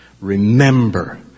Remember